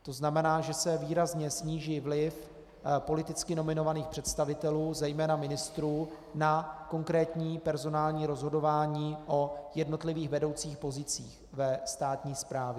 To znamená, že se výrazně sníží vliv politicky nominovaných představitelů, zejména ministrů, na konkrétní personální rozhodování o jednotlivých vedoucích pozicích ve státní správě.